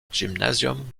gymnasium